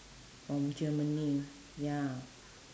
from germany ya